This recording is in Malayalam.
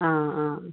ആ ആ